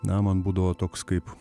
na man būdavo toks kaip